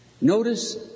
Notice